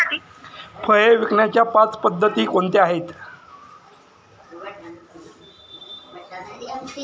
फळे विकण्याच्या पाच पद्धती कोणत्या आहेत?